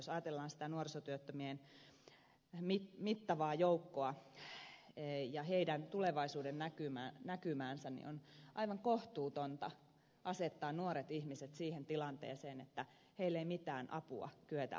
ja jos ajatellaan sitä nuorisotyöttömien mittavaa joukkoa ja heidän tulevaisuuden näkymäänsä niin on aivan koh tuutonta asettaa nuoret ihmiset siihen tilanteeseen että heille ei mitään apua kyetä antamaan